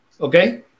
okay